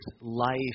life